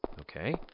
okay